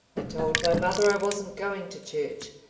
i told my mother i wasn't going to church,